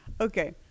Okay